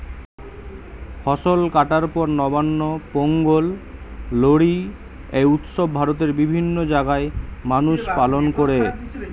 ফসল কাটার পর নবান্ন, পোঙ্গল, লোরী এই উৎসব ভারতের বিভিন্ন জাগায় মানুষ পালন কোরে